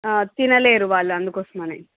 తినలేరు వాళ్ళు అందుకోసమని